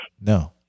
No